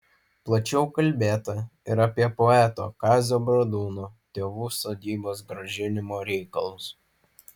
plačiau kalbėta ir apie poeto kazio bradūno tėvų sodybos grąžinimo reikalus